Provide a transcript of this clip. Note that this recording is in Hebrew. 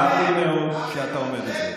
מה שאתה אומר לי, צר לי שאתה אומר את זה.